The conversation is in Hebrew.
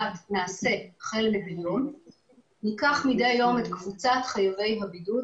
לקחת מדי יום את קבוצת חייבי הבידוד,